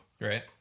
Right